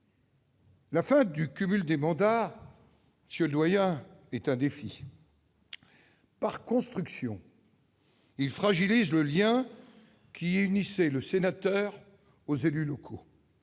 La fin du cumul des mandats, monsieur le doyen, est un défi. Par construction, elle fragilise le lien qui unissait le sénateur aux élus locaux.